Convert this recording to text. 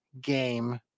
game